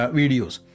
videos